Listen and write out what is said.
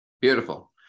Beautiful